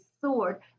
sword